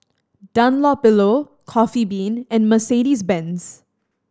Dunlopillo Coffee Bean and Mercedes Benz